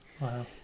Wow